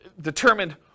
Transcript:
determined